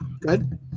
good